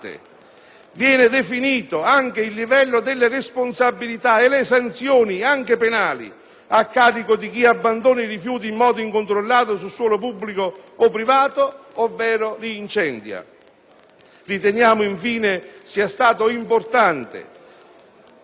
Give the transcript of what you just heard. viene definito anche il livello delle responsabilità e le sanzioni, anche penali, a carico di chi abbandona i rifiuti in modo incontrollato sul suolo pubblico o privato, ovvero li incendia. Riteniamo, infine, sia stato importante,